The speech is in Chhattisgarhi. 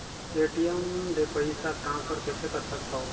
ए.टी.एम ले पईसा ट्रांसफर कइसे कर सकथव?